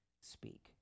speak